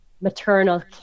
maternal